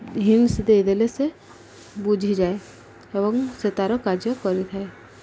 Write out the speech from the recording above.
hints ଦେଇଦେଲେ ସେ ବୁଝିଯାଏ ଏବଂ ସେ ତାର କାର୍ଯ୍ୟ କରିଥାଏ